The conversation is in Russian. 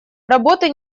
работы